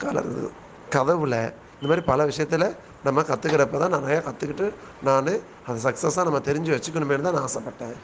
colour கதவில் இந்த மாதிரி பல விஷயத்தில் நம்ம கற்றுக்கறப்ப தான் நிறைய கற்றுக்கிட்டு நான் அதை சக்ஸஸாக நம்ம தெரிஞ்சு வெச்சுக்கணுமேனு தான் நான் ஆசைப்பட்டேன்